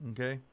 Okay